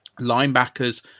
linebackers